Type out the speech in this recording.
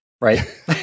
Right